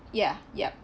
ya yup